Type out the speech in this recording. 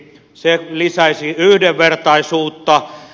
se lisäisi yhdenvertaisuutta